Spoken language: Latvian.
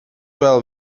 vēl